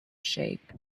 shape